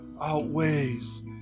outweighs